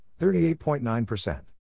38.9%